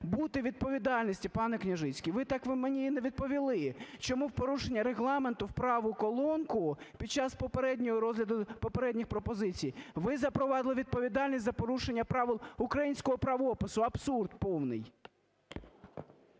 бути відповідальності, пане Княжицький, ви так, ви мені і не відповіли, чому в порушення Регламенту в праву колонку під час попереднього розгляду попередніх пропозицій ви запровадили відповідальність за порушення правил українського правопису – абсурд повний.